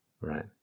right